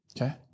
Okay